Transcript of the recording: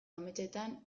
ametsetan